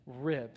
rib